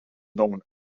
known